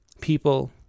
People